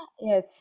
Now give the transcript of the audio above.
Yes